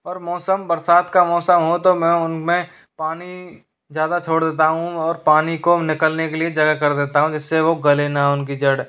और मौसम बरसात का मौसम हो तो मैं उनमें पानी ज़्यादा छोड़ देता हूँ और पानी को निकलने के लिए जगह कर देता हूँ जिससे वो गले ना उनकी जड़